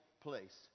place